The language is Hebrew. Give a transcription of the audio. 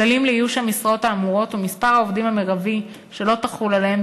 כללים לאיוש המשרות האמורות ואת מספר העובדים המרבי שלא תחול עליהם,